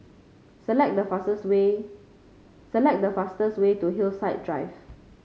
select the fastest way select the fastest way to Hillside Drive